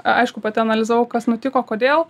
aišku pati analizavau kas nutiko kodėl